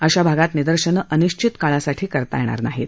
अशा भागात निदर्शनं अनिश्वित काळासाठी करता येणार नाहीत